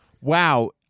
wow